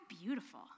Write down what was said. beautiful